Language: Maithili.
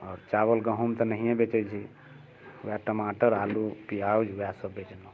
आओर चावल गहुम तऽ नहिये बेचै छी वएह टमाटर आलू प्याउज वएह सभ बेचनौ